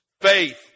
faith